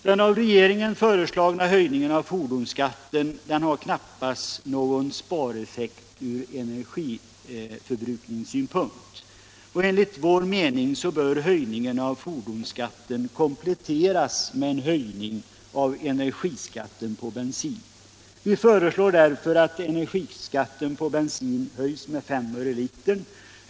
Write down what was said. Den av regeringen föreslagna höjningen av fordonsskatten har knappast någon effekt från energiförbrukningssynpunkt, och enligt vår mening bör höjningen av fordonsskatten kompletteras med en höjning av energiskatten på bensin. Vi föreslår därför att energiskatten på bensin höjs med 5 öre per liter.